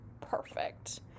perfect